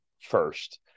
first